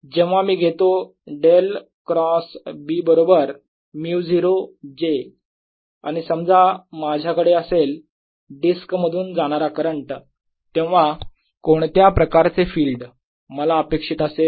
B0I2πs जेव्हा मी घेतो डेल क्रॉस B बरोबर μ0 j आणि समजा माझ्याकडे असेल डिस्क मधून जाणारा करंट तेव्हा कोणत्या प्रकारचे फिल्ड मला अपेक्षित असेल